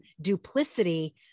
duplicity